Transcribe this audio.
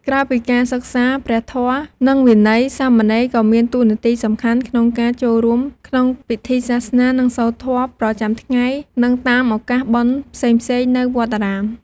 ក្រៅពីការសិក្សាព្រះធម៌ និងវិន័យ សាមណេរក៏មានតួនាទីសំខាន់ក្នុងការ ចូលរួមក្នុងពិធីសាសនា និងសូត្រធម៌ ប្រចាំថ្ងៃ និងតាមឱកាសបុណ្យផ្សេងៗនៅវត្តអារាម។